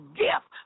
gift